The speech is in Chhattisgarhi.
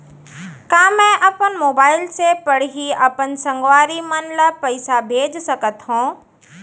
का मैं अपन मोबाइल से पड़ही अपन संगवारी मन ल पइसा भेज सकत हो?